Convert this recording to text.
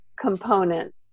component